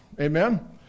Amen